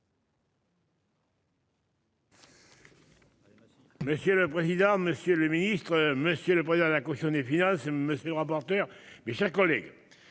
Monsieur le président, monsieur le ministre, monsieur le président de la caution finances monsieur le rapporteur. Mes chers collègues.